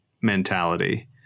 mentality